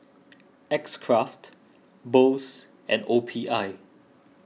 X Craft Bose and O P I